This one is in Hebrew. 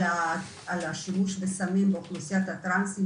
על השימוש בסמים באוכלוסיית הטרנסים,